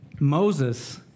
Moses